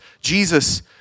Jesus